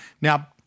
Now